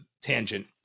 tangent